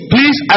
Please